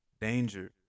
danger